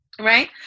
Right